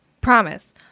promise